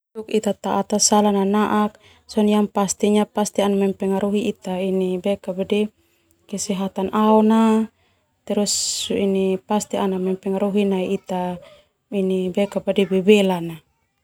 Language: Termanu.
Taa tasalah nanaak pasti ana mempengaruhi ita kesehatan aona no ana mempengaruhi ita bebelana.